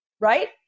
right